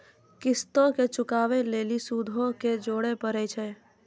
किश्तो के चुकाबै लेली सूदो के जोड़े परै छै